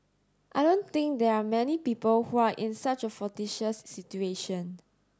I don't think there are many people who are in such a fortuitous situation